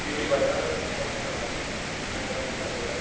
duty பார்த்தா கொஞ்சம் நல்லா இருக்கும் அது தான் எங்கள் சைட்டில